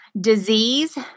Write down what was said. disease